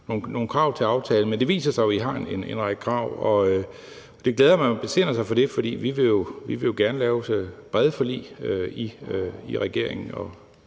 nogen krav til aftalen. Men det viser sig, at I har en række krav, og det glæder mig, at man besinder sig, for vi vil jo gerne lave brede forlig i regeringen